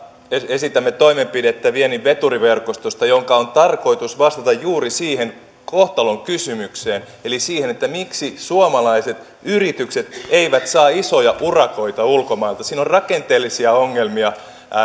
esitämme toimenpidettä viennin veturiverkostosta jonka on tarkoitus vastata juuri siihen kohtalonkysymykseen eli siihen miksi suomalaiset yritykset eivät saa isoja urakoita ulkomailta siinä on rakenteellisia ongelmia